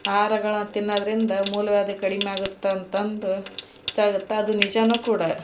ಆಹಾರಗಳ್ನ ತಿನ್ನೋದರಿಂದ ಮೂಲವ್ಯಾಧಿ ಕಡಿಮೆ ಆಗತ್ತೆ ಅಂತಂದು ಅದು ನಿಜನೂ ಕೂಡ